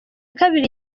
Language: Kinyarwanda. kabiri